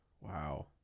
wow